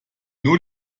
nur